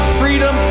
freedom